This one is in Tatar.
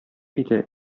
иде